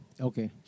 okay